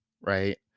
right